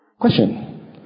Question